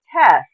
test